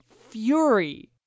Fury